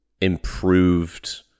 improved